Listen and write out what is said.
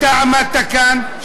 אתה עמדת כאן,